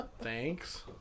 Thanks